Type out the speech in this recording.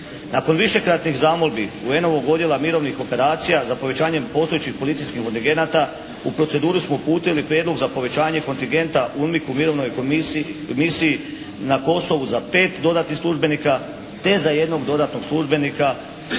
Nakon višekratnih zamolbi UN-ovog Odjela mirovnih operacija za povećanjem postojećih policijskih …/Govornik se ne razumije./… u proceduru smo uputili prijedlog za povećanje kontingenta …… /Govornik se ne razumije./ … u mirovnoj komisiji, misiji na Kosovu za 5 dodatnih službenika te za jednog dodatnog službenika